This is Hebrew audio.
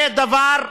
זה דבר,